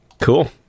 cool